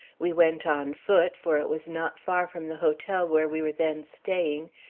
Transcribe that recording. we went on foot, for it was not far from the hotel where we were then staying,